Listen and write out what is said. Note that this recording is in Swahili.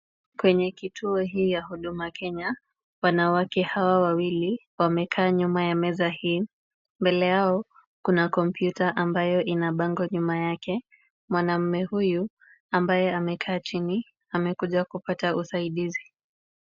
Kwenye kituo hii ya Huduma Kenya, wanawake hawa wawili wamekaa nyuma ya meza hii. Mbele yao kuna kompyuta ambayo ina bango nyuma yake. Mwanamume huyu ambaye amekaa chini amekuja kupata usaidizi.